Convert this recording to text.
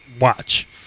watch